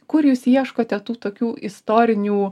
kur jūs ieškote tų tokių istorinių